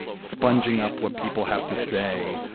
sponging up what people have to say,